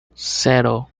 cero